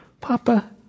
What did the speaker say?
papa